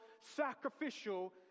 sacrificial